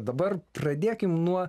dabar pradėkim nuo